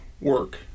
work